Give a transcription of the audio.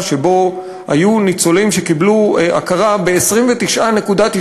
שבו היו ניצולים שקיבלו הכרה ב-29.9%.